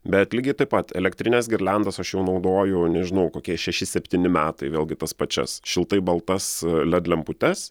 bet lygiai taip pat elektrines girliandas aš jau naudoju nežinau kokie šeši septyni metai vėlgi tas pačias šiltai baltas led lemputes